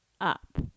up